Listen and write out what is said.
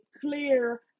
clear